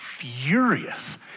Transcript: furious